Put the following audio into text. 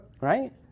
right